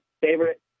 favorite